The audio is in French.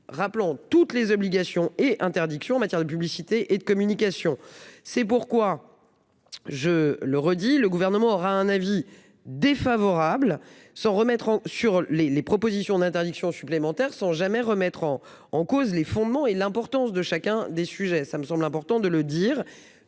rappelons toutes les obligations et interdictions en matière de publicité et de communication. C'est pourquoi. Je le redis, le gouvernement aura un avis défavorable. Sans remettre en sur les les propositions d'interdiction supplémentaires sans jamais remettre en en cause les fondements et l'importance de chacun des sujets. Ça me semble important de le dire.